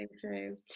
true